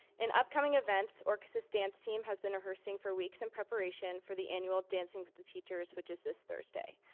in upcoming events, orchesis dance team has been rehearsing for weeks in preparation for the annual dancing with the teachers which is this thursday.